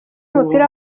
w’umupira